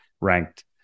ranked